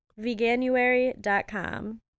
veganuary.com